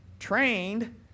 trained